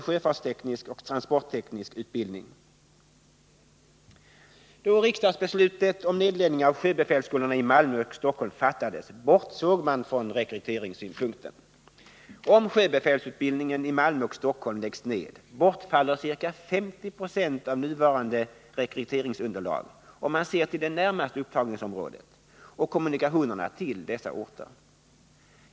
Då riksdagsbeslutet om nedläggning av sjöbefälsskolorna i Malmö och Stockholm fattades bortsåg man från rekryteringssynpunkten. Om sjöbefälsutbildningen i Malmö och Stockholm läggs ned bortfaller ca 50 90 av nuvarande rekryteringsunderlag, om man ser till det närmaste upptagningsområdet och kommunikationerna till dessa orter.